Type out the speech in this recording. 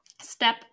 Step